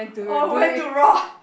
oh where to roar ah